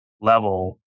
level